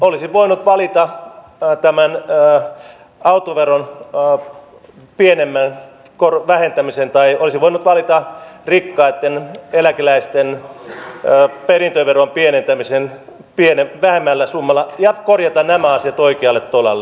olisi voinut valita autoveron pienemmän vähentämisen tai olisi voinut valita rikkaitten eläkeläisten perintöveron pienentämisen vähemmällä summalla ja korjata nämä asiat oikealle tolalle